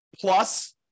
Plus